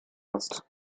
hast